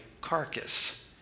carcass